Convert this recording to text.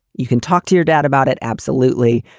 you can talk to your dad about it. absolutely.